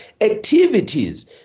activities